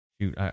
shoot